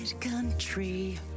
country